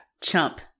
Chump